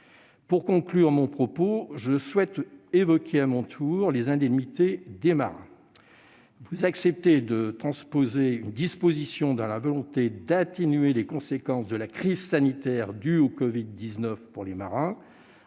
Pour clore mon propos, je souhaite évoquer à mon tour les indemnités des marins. Vous acceptez de transposer une disposition dans la volonté d'atténuer les conséquences de la crise sanitaire due au covid-19 pour les marins.